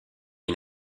une